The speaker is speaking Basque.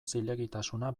zilegitasuna